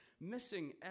missing